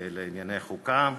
לענייני חוקה,